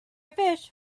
fish